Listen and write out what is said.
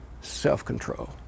self-control